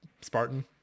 Spartan